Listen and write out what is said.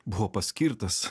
buvo paskirtas